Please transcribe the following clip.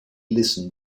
listened